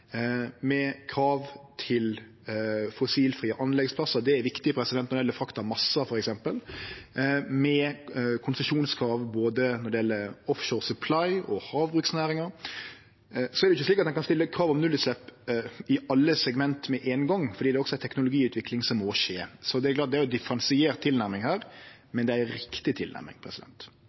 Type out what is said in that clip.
med krav om fossilfrie anleggsplassar, det er viktig når det gjeld frakt av massar, f.eks., og med konsesjonskrav både når det gjeld offshore supply og havbruksnæringa. Det er jo ikkje slik at ein kan stille krav om nullutslepp i alle segment med ein gong, for det er også ei teknologiutvikling som må skje. Det er ei differensiert tilnærming her, men det er ei riktig tilnærming.